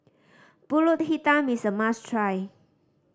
Pulut Hitam is a must try